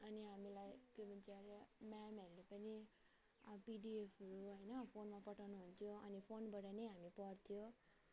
अनि हामीलाई के भन्छ अरे म्यामहरूले पनि पिडिएफहरू होइन फोनमा पठाउनु हुन्थ्यो अनि फोनबाट नै हामी पढ्थ्यो